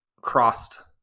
crossed